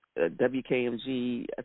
WKMG